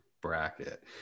bracket